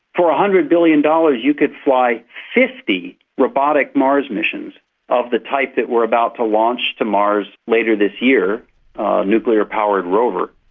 for one hundred billion dollars you could fly fifty robotic mars missions of the type that we are about to launch to mars later this year, a nuclear powered rover.